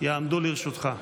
יעמדו לרשותך.